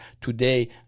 Today